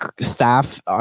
staff